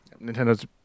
Nintendo's